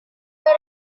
reso